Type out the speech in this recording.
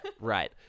Right